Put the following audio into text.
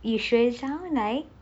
you sure sound like